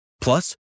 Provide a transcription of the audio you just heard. Plus